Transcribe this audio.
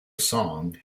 song